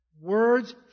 Words